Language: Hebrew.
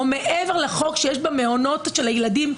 או מעבר לחוק שיש במעונות של הילדים,